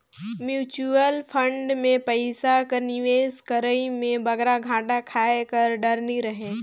mutual fund में पइसा कर निवेस करई में बगरा घाटा खाए कर डर नी रहें